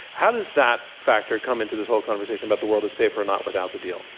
how does that factor come into this whole conversation about the world is safer or not without the deal?